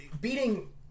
beating